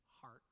heart